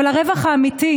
אבל הרווח האמיתי,